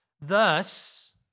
thus